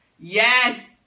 yes